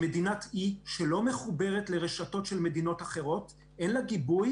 מדינת אי שלא מחוברת לרשתות של מדינות אחרות ואין לה גיבוי